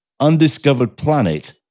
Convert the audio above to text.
Undiscoveredplanet